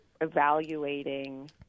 evaluating